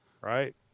Right